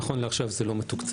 נכון לעכשיו, זה לא מתוקצב.